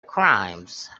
crimes